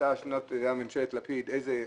הייתה ממשלת לפיד.